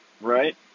right